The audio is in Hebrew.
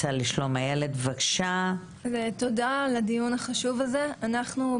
גם במסגרת מרכז הליווי לילדים נפגעי עבירות מין ואלימות,